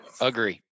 Agree